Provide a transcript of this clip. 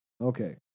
Okay